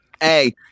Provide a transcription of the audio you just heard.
Hey